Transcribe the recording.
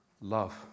Love